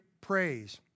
praise